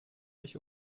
mich